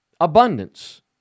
abundance